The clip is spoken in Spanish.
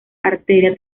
arteria